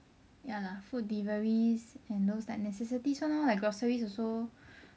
ya lah food deliveries and those like necessities [one] lor like groceries also